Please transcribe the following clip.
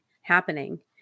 happening